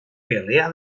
pelea